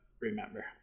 remember